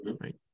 Right